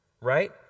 right